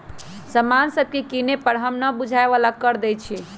समान सभके किने पर हम न बूझाय बला कर देँई छियइ